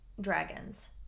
dragons